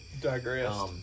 Digress